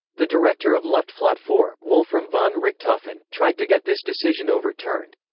the director of luftflotte four, wolfram von richthofen, tried to get this decision overturned.